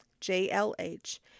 J-L-H